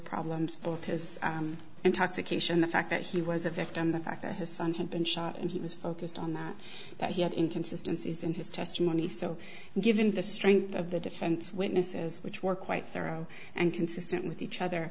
problems with his intoxication the fact that he was a victim the fact that his son had been shot and he was focused on that that he had inconsistency is in his testimony so given the strength of the defense witnesses which were quite thorough and consistent with each other